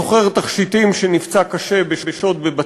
לשוד של סוחר תכשיטים שנפצע קשה בבת-ים.